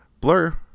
Blur